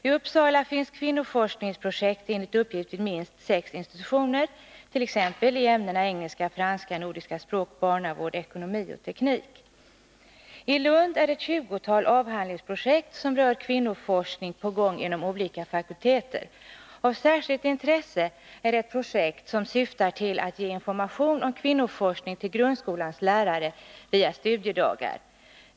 I Uppsala finns kvinnoforskningsprojekt enligt uppgift vid minst sex institutioner, t.ex. i ämnena engelska, franska, nordiska språk, barnavård, ekonomi och teknik. I Lund är ett tjugotal avhandlingsprojekt som rör kvinnoforskning på gång inom olika fakulteter. Av särskilt intresse är ett projekt som syftar till att ge information om kvinnoforskning till grundskolans lärare via studiedagar.